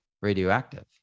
radioactive